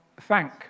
thank